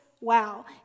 Wow